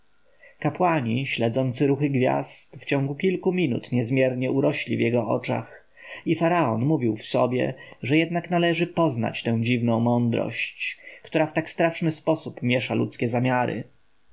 kapłani śledzący ruchy gwiazd w ciągu kilku minut niezmiernie urośli w jego oczach i faraon mówił w sobie że jednak należy poznać tę dziwną mądrość która w tak straszny sposób miesza ludzkie zamiary